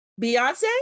Beyonce